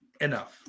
Enough